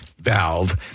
valve